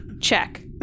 check